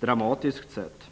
dramatiskt sätt.